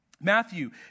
Matthew